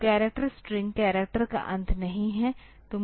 तो character string character का अंत नहीं है